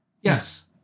Yes